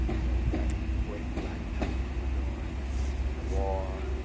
you know we got what black troops were doing in the war,